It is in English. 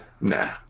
Nah